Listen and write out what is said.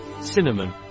cinnamon